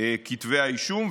כתבי האישום,